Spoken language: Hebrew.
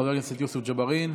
חבר הכנסת יוסף ג'בארין,